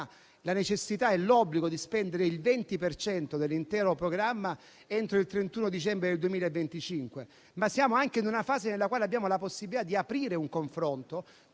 la necessità e l'obbligo di spendere il 20 per cento dell'intero programma entro il 31 dicembre 2025; tuttavia siamo anche in una fase nella quale abbiamo la possibilità di aprire un confronto